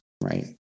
right